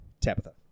Tabitha